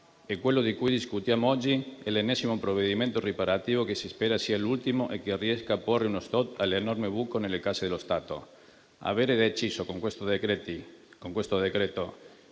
Quello di cui discutiamo oggi è l'ennesimo provvedimento riparativo che si spera sia l'ultimo e che riesca a porre uno stop all'enorme buco nelle casse dello Stato. Aver deciso, con questo decreto-legge,